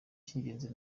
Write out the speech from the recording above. cy’ingenzi